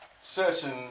certain